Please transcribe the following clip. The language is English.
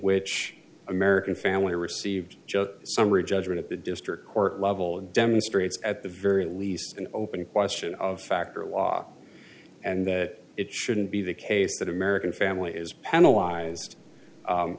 which american family received summary judgment at the district court level and demonstrates at the very least an open question of fact or law and that it shouldn't be the case that american family is panelize